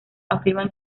afirman